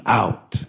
out